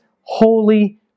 holy